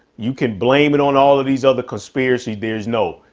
you can blame it on all of these other conspiracy. there's no,